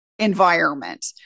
environment